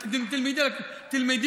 תודה.